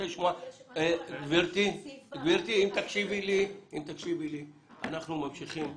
אנחנו ממשיכים בהקראה.